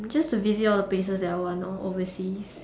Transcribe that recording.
um just to visit all the place that I want orh oversea